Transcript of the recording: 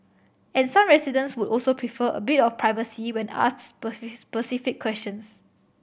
and some residents would also prefer a bit of privacy when asks specific questions